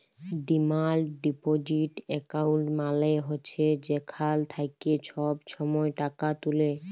demand deposit account মালে হছে যেখাল থ্যাইকে ছব ছময় টাকা তুলে